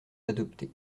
d’adopter